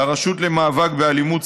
לרשות למאבק באלימות,